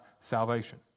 salvation